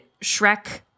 Shrek